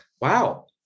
Wow